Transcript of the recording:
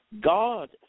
God